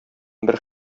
бер